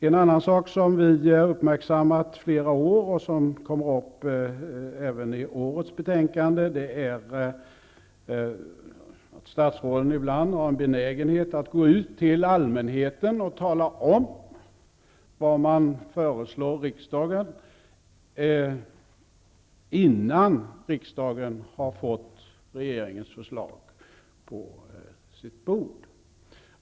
En annan sak som vi har uppmärksammat flera år och som kommer upp även i årets betänkande är det faktum att statsråd ibland har benägenhet att gå ut till allmänheten och tala om vad man föreslår riksdagen, innan riksdagen har fått regeringens förslag på sitt bord.